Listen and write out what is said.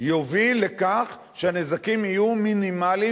יוביל לכך שהנזקים יהיו מינימליים